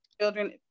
children